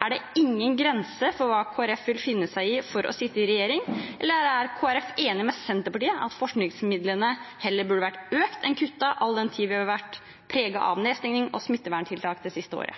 Er det ingen grense for hva Kristelig Folkeparti vil finne seg i for å sitte i regjering? Eller er Kristelig Folkeparti enig med Senterpartiet i at forskningsmidlene heller burde vært økt enn kuttet, all den tid vi har vært preget av nedstenging og smitteverntiltak det siste året?